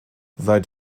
seit